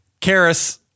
karis